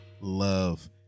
Love